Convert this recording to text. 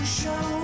show